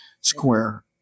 square